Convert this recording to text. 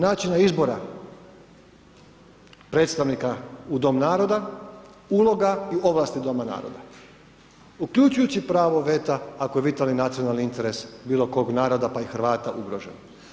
Načina izbora predstavnika u dom naroda, uloga i ovlasti doma naroda, uključujući pravo veta ako je vitalni i nacionalni interes bilo kojeg naroda pa i Hrvata ugrožen.